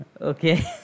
Okay